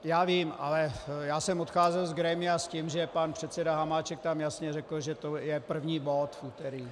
Já vím, ale já jsem odcházel z grémia s tím, že pan předseda Hamáček tam jasně řekl, že to je první bod v úterý.